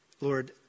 Lord